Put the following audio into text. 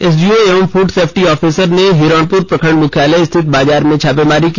SDO एवं food safety officer ने हिरणपुर प्रखंड मुख्यालय स्थित बाजार में छापेमारी की